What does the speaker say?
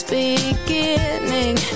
beginning